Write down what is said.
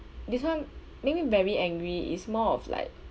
this one make me very angry is more of like